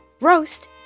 roast